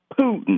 Putin